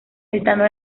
estando